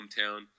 hometown